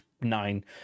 nine